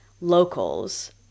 locals